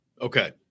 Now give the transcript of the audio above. Okay